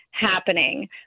happening